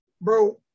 Bro